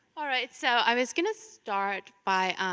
alright, so i was gonna start by